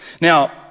Now